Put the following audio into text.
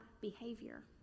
behavior